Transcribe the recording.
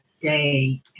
day